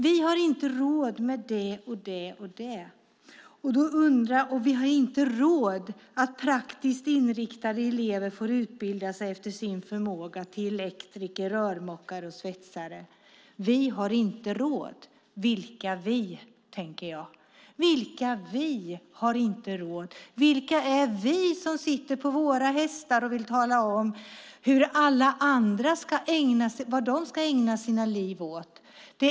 Vi har inte råd med det ena och det andra. Vi har inte råd med att praktiskt inriktade elever får utbilda sig efter sin förmåga till elektriker, rörmokare och svetsare. Vi har inte råd. Vilka vi? tänker jag. Vilka vi har inte råd? Vilka är vi som sitter på våra hästar och vill tala om vad alla andra ska ägna sina liv åt?